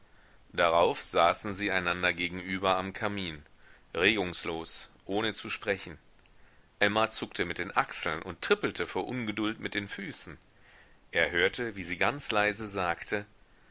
darauf saßen sie einander gegenüber am kamin regungslos ohne zu sprechen emma zuckte mit den achseln und trippelte vor ungeduld mit den füßen er hörte wie sie ganz leise sagte